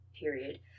Period